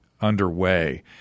underway